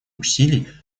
усилий